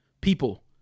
people